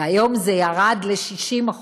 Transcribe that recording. והיום זה ירד ל-60%.